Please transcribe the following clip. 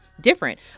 different